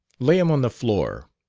lay him on the floor.